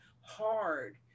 hard